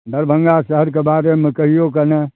दरभङ्गा शहरके बारेमे कहिऔ कने